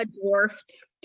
dwarfed